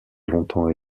longtemps